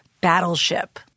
Battleship